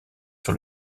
sur